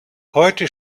heute